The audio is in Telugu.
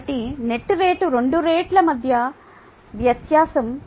కాబట్టి నెట్ రేటు రెండు రేట్ల మధ్య వ్యత్యాసం